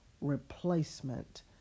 replacement